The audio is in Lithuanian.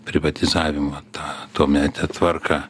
privatizavimą tą tuometę tvarką